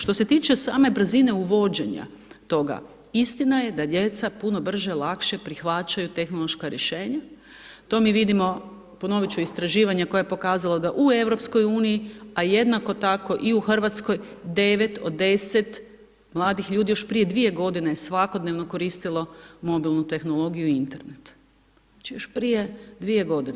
Što se tiče same brzine uvođenja toga, istina je da djeca puno brže, lakše prihvaćaju tehnološka rješenja, to mi vidimo ponovit ću istraživanja koja je pokazala da u EU, a jednako tako i u Hrvatskoj 9 od 10 mladih ljudi još prije 2 godine je svakodnevno koristilo mobilnu tehnologiju i internet, znači još prije 2 godine.